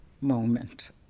moment